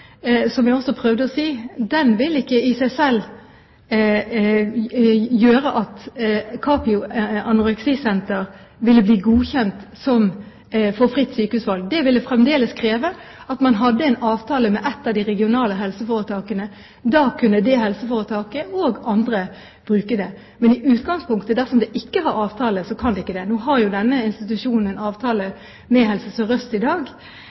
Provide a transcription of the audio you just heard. som jeg også prøvde å si, vil ikke i seg selv gjøre at Capio Anoreksi Senter ville bli godkjent for fritt sykehusvalg. Det ville fremdeles kreve at man hadde en avtale med et av de regionale helseforetakene. Da kunne helseforetaket og andre bruke det. Men i utgangspunktet, dersom de ikke har avtale, kan de ikke det. Nå har jo denne institusjonen avtale med Helse SørØst i dag